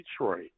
Detroit